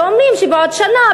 ואומרים שבעוד שנה,